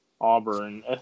Auburn